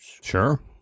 Sure